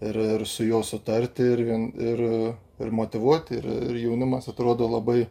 ir ir su juo sutarti ir ir ir motyvuoti ir ir jaunimas atrodo labai